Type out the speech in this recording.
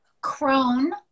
crone